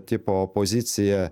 tipo opoziciją